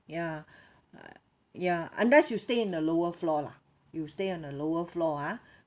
ya uh ya unless you stay in the lower floor lah you stay in a lower floor ah